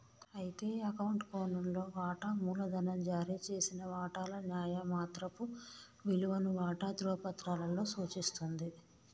అయితే అకౌంట్ కోణంలో వాటా మూలధనం జారీ చేసిన వాటాల న్యాయమాత్రపు విలువను వాటా ధ్రువపత్రాలలో సూచిస్తుంది